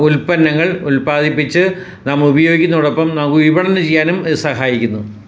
ഉൽപ്പന്നങ്ങൾ ഉൽപ്പാദിപ്പിച്ച് നാം ഉപയോഗിക്കുന്നതോടൊപ്പം നമുക്ക് വിപണനം ചെയ്യാനും ഇത് സഹായിക്കുന്നു